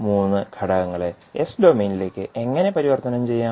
മൂന്ന് ഘടകങ്ങളെ എസ് ഡൊമെയ്നിലേക്ക് എങ്ങനെ പരിവർത്തനം ചെയ്യാം